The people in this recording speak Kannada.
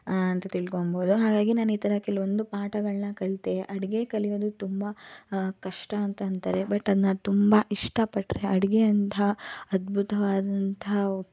ಅಂತ ತಿಳ್ಕೊಳ್ಬೋದು ಹಾಗಾಗಿ ನಾನು ಈ ಥರ ಕೆಲವೊಂದು ಪಾಠಗಳನ್ನ ಕಲಿತೆ ಅಡುಗೆ ಕಲಿಯೋದು ತುಂಬ ಕಷ್ಟ ಅಂತ ಅಂತಾರೆ ಬಟ್ ಅದನ್ನ ತುಂಬ ಇಷ್ಟಪಟ್ಟರೆ ಅಡುಗೆಯಂಥ ಅದ್ಭುತವಾದಂಥ